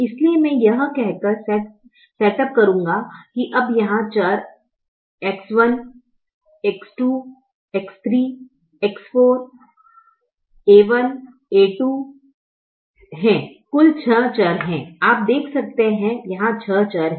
इसलिए मैं यह कहकर सेटअप करूंगा कि अब यहाँ चर हैं X1 X2 X3 X4 a1 a2 कुल छः चर हैं आप देख सकते हैं यहाँ छह चर हैं